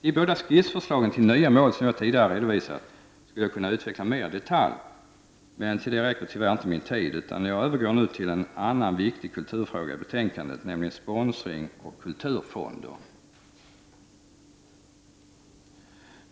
De båda skissförslagen till nya mål som jag tidigare redovisat skulle jag kunna utveckla mer i detalj men till det räcker tyvärr inte min tid, utan jag övergår nu till att diskutera en annan viktig kulturfråga i betänkandet, nämligen sponsring och kulturfonder.